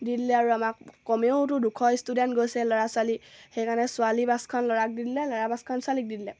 দি দিলে আৰু আমাক কমেওতো দুশ ষ্টুডেণ্ট গৈছে ল'ৰা ছোৱালী সেইকাৰণে ছোৱালী বাছখন ল'ৰাক দি দিলে ল'ৰা বাছখন ছোৱালীক দি দিলে